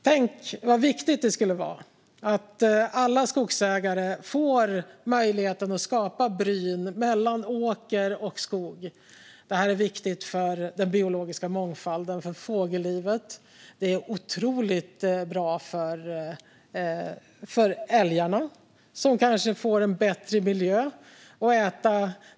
Tänk vad viktigt det skulle vara om alla skogsägare får möjligheten att skapa bryn mellan åker och skog. Det är viktigt för den biologiska mångfalden, för fågellivet, och det är otroligt bra för älgarna, som kanske får en bättre miljö.